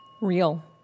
Real